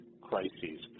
crises